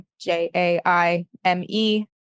J-A-I-M-E